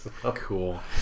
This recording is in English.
Cool